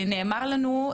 נאמר לנו,